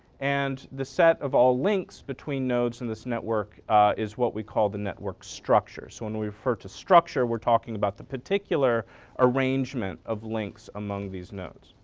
and the set of all links between nodes and this network is what we cal the network structure. so when we refer to structure we're talking about the particular arrangement of links among these nodes.